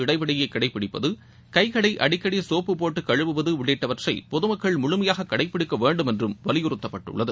இடைவெளியை கடைப்பிடிப்பது கைகளை அடிக்கடி சோப்பு போட்டு கழுவுவது உள்ளிட்டவந்றை பொதுமக்கள் முழுமையாக கடைப்பிடிக்க வேண்டும் என்றும் வலியுறுத்தப்பட்டுள்ளது